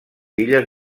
illes